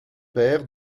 père